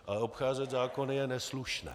Ale obcházet zákony je neslušné.